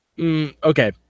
Okay